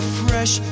fresh